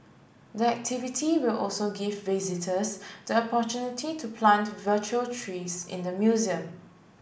the activity will also give visitors the opportunity to plant virtual trees in the museum